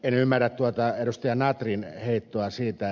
en ymmärrä tuota ed